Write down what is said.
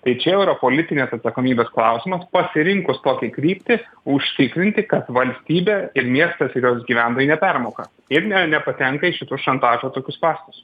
tai čia jau yra politinės atsakomybės klausimas pasirinkus tokią kryptį užtikrinti kad valstybė ir miestas ir jos gyventojai nepermoka ir ne nepatenka į šitus šantažo tokius spąstus